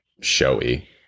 showy